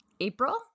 April